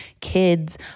kids